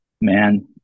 man